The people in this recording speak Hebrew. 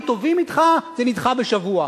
אם טובים אתך, זה נדחה בשבוע.